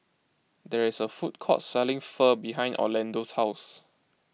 there is a food court selling Pho behind Orlando's house